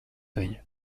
viņa